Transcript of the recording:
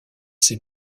ses